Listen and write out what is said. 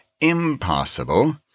Impossible